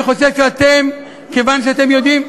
שאתם, כיוון שאתם יודעים,